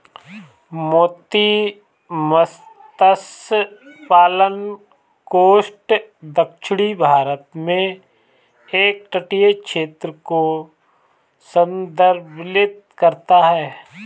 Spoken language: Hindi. मोती मत्स्य पालन कोस्ट दक्षिणी भारत के एक तटीय क्षेत्र को संदर्भित करता है